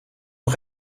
nog